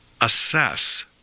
assess